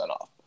off